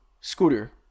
scooter